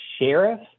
sheriff